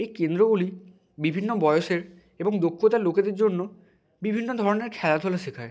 এই কেন্দ্রগুলি বিভিন্ন বয়েসের এবং দক্ষতার লোকেদের জন্য বিভিন্ন ধরনের খেলাধুলো শেখায়